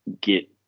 get